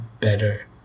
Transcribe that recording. better